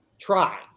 try